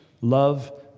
love